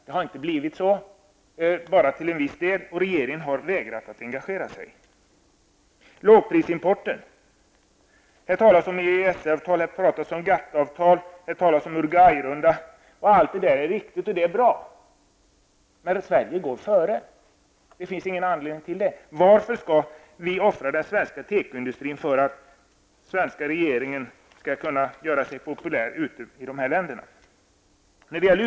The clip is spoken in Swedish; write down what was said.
Det har blivit så bara till en viss del, och regeringen har vägrat att engagera sig. Lågprisimporten: Det talas i svaret om GATT avtal, Uruguay-rundan, och allt detta är viktigt och bra. Men varför vill Sverige gå före? Det finns ingen anledning till det. Skall vi offra den svenska tekoindustrin för att den svenska regeringen skall kunna göra sig populär i andra länder?